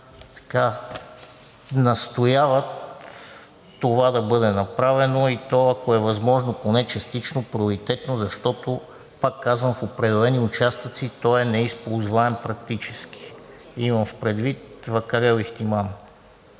места настояват това да бъде направено, и то ако е възможно, поне частично приоритетно. Защото, пак казвам, в определени участъци той е неизползваем практически, имам предвид Вакарел – Ихтиман.